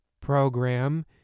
program